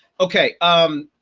okay, um,